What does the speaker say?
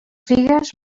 figues